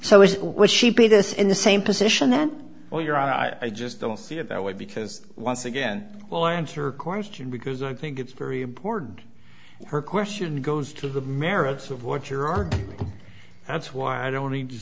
so it was she paid us in the same position that while you're out i just don't see it that way because once again well answer question because i think it's very important her question goes to the merits of what you're that's why i don't